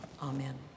Amen